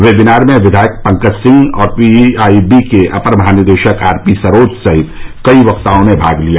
webinar मे विधायक पंकज सिंह और पीआईबी के अपर महानिदेशक आरपीसरोज सहित कई वक्ताओं ने भाग लिया